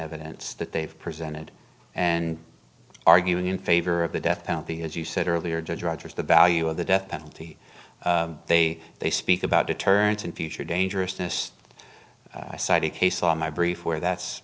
evidence that they've presented and arguing in favor of the death penalty as you said earlier judge rogers the value of the death penalty they they speak about deterrence and future dangerousness i cite a case on my brief where that's